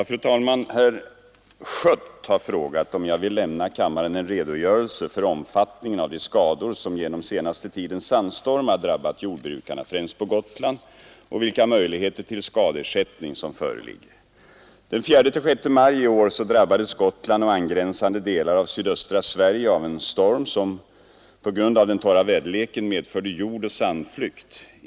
Fru talman! Herr Schött har frågat om jag vill lämna kammaren en redogörelse för omfattningen av de skador, som genom senaste tidens sandstormar drabbat jordbrukarna, främst på Gotland, och vilka möjligheter till skadeersättning som föreligger. Den 4 till 6 maj i år drabbades Gotland och angränsande delar av sydöstra Sverige av en storm som på grund av den torra väderleken medförde jordoch sandflykt.